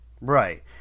Right